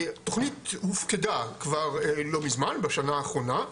תוכנית הופקדה כבר לא מזמן, בשנה האחרונה,